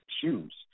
shoes